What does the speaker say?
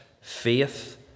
faith